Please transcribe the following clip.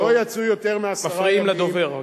מפריעים לדובר.